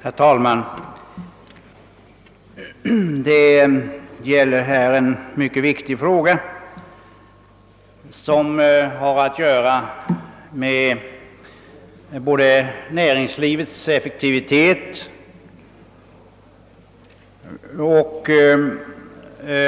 Herr talman! Vi diskuterar nu en mycket viktig fråga som har att göra med både näringslivets effektivitet och